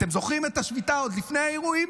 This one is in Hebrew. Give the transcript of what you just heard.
אתם זוכרים את השביתה עוד לפני האירועים,